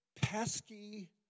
pesky